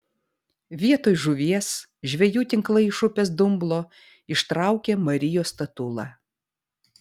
vietoj žuvies žvejų tinklai iš upės dumblo ištraukė marijos statulą